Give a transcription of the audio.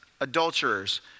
adulterers